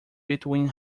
between